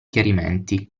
chiarimenti